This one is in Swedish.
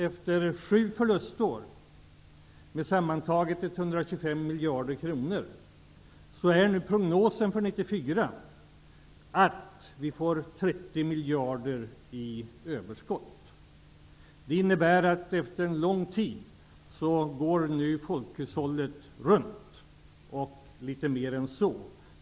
Efter sju förlustår, sammantaget 125 miljarder kronor, är prognosen för 1994 ett överskott på 30 miljarder kronor. Det innebär att efter en lång tid går nu folkhushållet runt -- och litet mer än så.